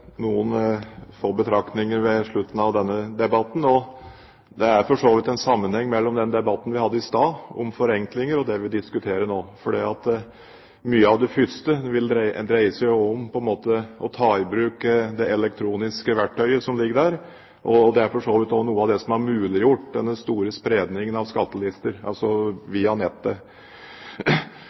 for så vidt en sammenheng mellom den debatten vi hadde i stad om forenklinger, og det vi diskuterer nå. Mye i den første debatten dreide seg om å ta i bruk det elektroniske verktøyet som ligger der, og det er for så vidt noe av det som har muliggjort denne store spredningen av skattelister via nettet.